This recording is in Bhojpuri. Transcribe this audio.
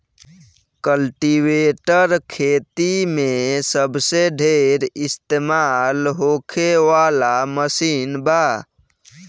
कल्टीवेटर खेती मे सबसे ढेर इस्तमाल होखे वाला मशीन बा